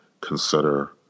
consider